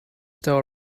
still